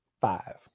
Five